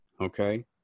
okay